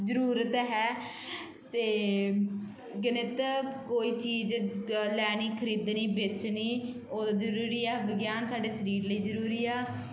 ਜ਼ਰੂਰਤ ਹੈ ਅਤੇ ਗਣਿਤ ਕੋਈ ਚੀਜ਼ ਗ ਲੈਣੀ ਖਰੀਦਣੀ ਵੇਚਣੀ ਬਹੁਤ ਜ਼ਰੂਰੀ ਆ ਵਿਗਿਆਨ ਸਾਡੇ ਸ਼ਰੀਰ ਲਈ ਜ਼ਰੂਰੀ ਆ